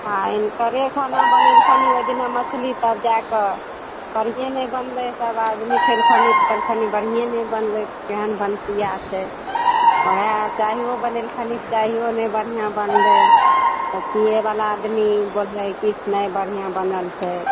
हँ हिनकरे खाना बनेलखिन ओहि दिना मछली तब जाए कऽ बढ़िएँ नहि बनलै सब आदमी खेलखिन तऽ खयलखनि तऽ बढ़िएँ नहि बनलै केहन भनसिया छै चाय चायो बनेलखनि तऽ चाइयो नै बढ़िआँ बनलै पिए बाला आदमी बोललै कि नै बढ़िआँ बनल छै